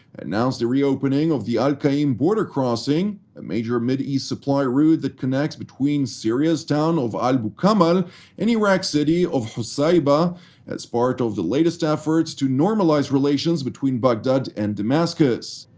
announced the reopening of the al-qa'im border-crossing, a major mideast supply route that connections between syria's town of al bukamal and iraq's city of husaybah as part of the latest effort to normalize relations between baghdad and damascus.